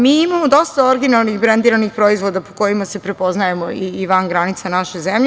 Mi imamo dosta originalnih brendiranih proizvoda po kojima se prepoznajemo i van granica naše zemlje.